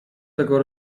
tego